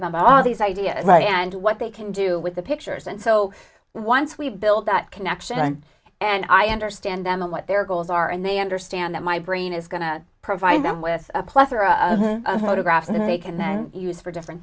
about all these ideas and what they can do with the pictures and so once we build that connection and i understand them and what their goals are and they understand that my brain is going to provide them with a plethora of graphs and they can then use for different